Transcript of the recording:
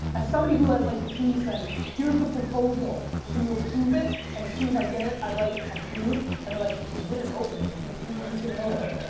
as somebody who has like the team send here's the proposal. can you approve it? and as soon as i get it i write approved and they're like you didn't open it. we can see that you didn't open it.